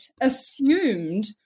assumed